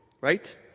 right